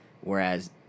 whereas